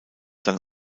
dann